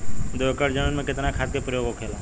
दो एकड़ जमीन में कितना खाद के प्रयोग होखेला?